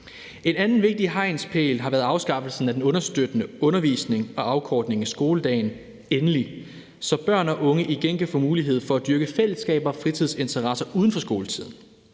En anden vigtig hegnspæl har været afskaffelsen af den understøttende undervisning og afkortning af skoledagen, endelig, så børn og unge igen kan få mulighed for at dyrke fællesskaber og fritidsinteresser uden for skoletiden.